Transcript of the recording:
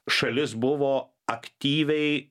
šalis buvo aktyviai